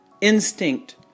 instinct